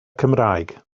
cymraeg